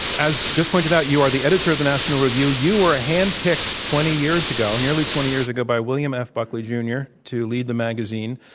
as just pointed out, you are the editor of the national review. you were ah handpicked twenty years ago nearly twenty years ago by william f. buckley jr. to lead the magazine.